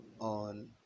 On